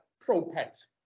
pro-pet